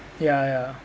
ya ya